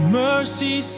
mercy